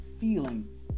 feeling